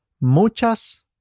Muchas